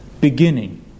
beginning